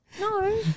No